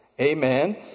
Amen